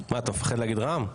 מה, אתה מפחד להגיד "רע"ם"?